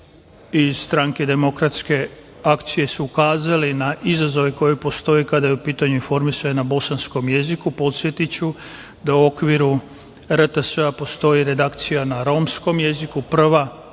iz Stranke demokratske akcije su ukazali na izazove koji postoje kada je u pitanju informisanje na bosanskom jeziku. Podsetiću da u okviru RTS postoji redakcija na romskom jeziku, prva